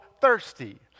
thirsty